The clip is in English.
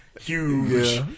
huge